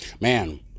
Man